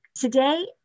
Today